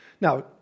Now